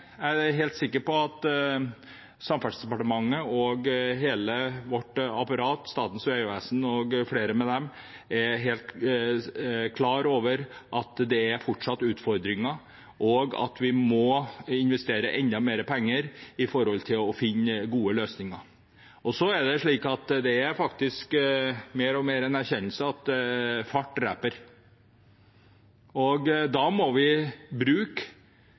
Jeg er helt sikker på at Samferdselsdepartementet og hele vårt apparat, Statens vegvesen og flere med dem, er helt klar over at det fortsatt er utfordringer, og at vi må investere enda mer penger for å finne gode løsninger. Det er mer og mer en erkjennelse at fart dreper. Da må vi bruke